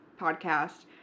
podcast